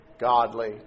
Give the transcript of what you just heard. godly